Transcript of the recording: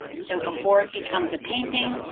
so before it becomes a painting,